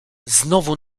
znowu